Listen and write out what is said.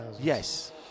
yes